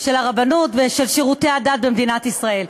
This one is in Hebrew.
של הרבנות ושל שירותי הדת במדינת ישראל.